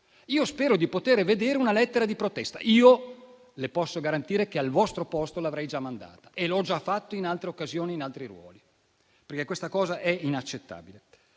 Io spero di poter vedere una lettera di protesta. Posso garantire che, al vostro posto, io l'avrei già mandata e l'ho già fatto in altre occasioni, ricoprendo altri ruoli, perché questa cosa è inaccettabile.